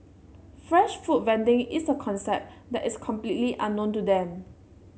fresh food vending is a concept that is completely unknown to them